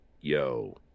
Yo